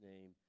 name